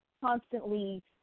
constantly